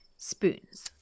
spoons